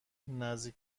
نزدیک